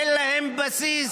אין להם בסיס.